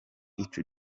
ico